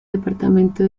departamento